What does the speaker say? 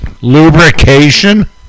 Lubrication